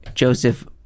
Joseph